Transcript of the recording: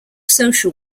social